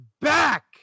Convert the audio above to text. back